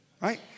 Right